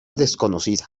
desconocida